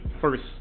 first